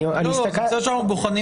ראיתי